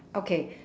okay